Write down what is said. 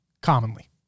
commonly